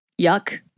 yuck